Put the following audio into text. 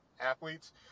athletes